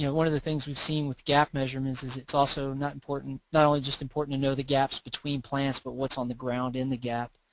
you know one of the things we've seen with gap measurements is it's also not important, not only just important to know the gaps between plants but what's on the ground in the gap.